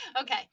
Okay